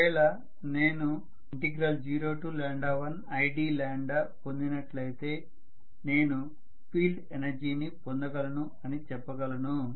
ఒకవేళ నేను 01id పొందినట్లయితే నేను ఫీల్డ్ ఎనర్జీని పొందగలుగుతాను అని చెప్పగలను